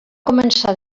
començar